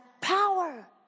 power